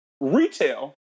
retail